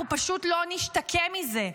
אנחנו פשוט לא נשתקם מזה.